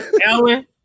Ellen